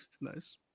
Nice